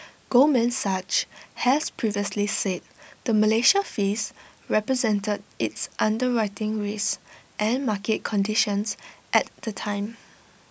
Goldman Sachs has previously said the Malaysia fees represented its underwriting risks and market conditions at the time